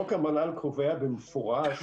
חוק המל"ל קובע במפורש